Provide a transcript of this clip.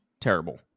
Terrible